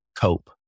cope